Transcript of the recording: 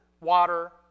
water